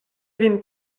vin